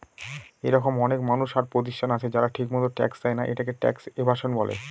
এরকম অনেক মানুষ আর প্রতিষ্ঠান আছে যারা ঠিকমত ট্যাক্স দেয়না, এটাকে ট্যাক্স এভাসন বলে